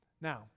Now